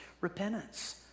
Repentance